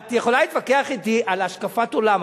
את יכולה להתווכח אתי על השקפת עולם,